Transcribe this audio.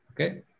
Okay